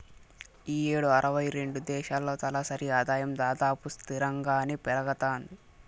ఈ యేడు అరవై రెండు దేశాల్లో తలసరి ఆదాయం దాదాపు స్తిరంగానే పెరగతాంది